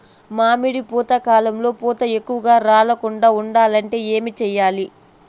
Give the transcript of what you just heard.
మామిడి పూత కాలంలో పూత ఎక్కువగా రాలకుండా ఉండాలంటే ఏమి చెయ్యాలి?